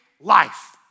life